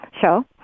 show